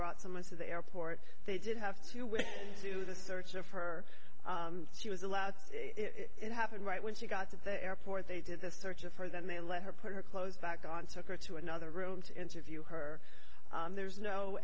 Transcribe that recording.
brought someone to the airport they did have to wait to do the search of her she was allowed it happened right when she got to the airport they did a search of her then they let her put her clothes back on took her to another room to interview her there's no